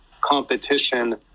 competition